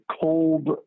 Cold